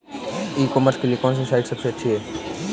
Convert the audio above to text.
ई commerce के लिए कौनसी साइट सबसे अच्छी है?